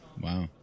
Wow